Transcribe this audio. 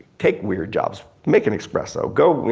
take weird jobs. make an espresso. go,